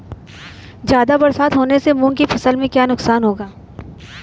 ज़्यादा बरसात होने से मूंग की फसल में क्या नुकसान होगा?